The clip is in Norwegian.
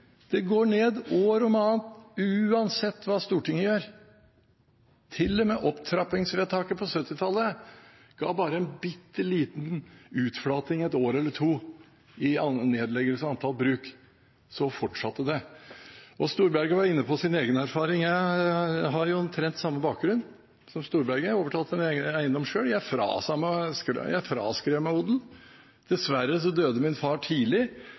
år om annet uansett hva Stortinget gjør – til og med opptrappingsvedtaket på 1970-tallet ga bare en bitte liten utflating et år eller to i nedleggelse av antall bruk, og så fortsatte det. Representanten Storberget var inne på sin egen erfaring. Jeg har omtrent samme bakgrunn som representanten Storberget. Jeg har overtatt en eiendom selv, og jeg fraskrev meg odel. Dessverre døde min far tidlig,